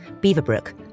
Beaverbrook